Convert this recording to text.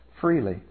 freely